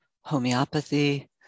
homeopathy